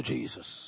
Jesus